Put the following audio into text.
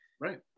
Right